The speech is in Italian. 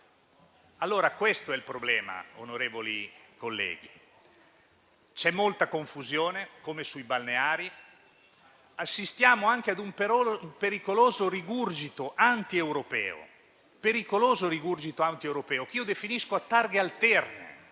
Allora, questo è il problema, onorevoli colleghi: c'è molta confusione, come sui balneari, e assistiamo anche ad un pericoloso rigurgito antieuropeo che io definisco a targhe alterne,